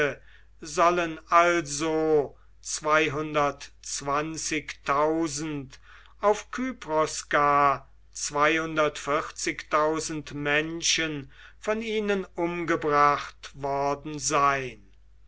sollen also auf kypros gar menschen von ihnen umgebracht worden sein